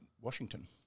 Washington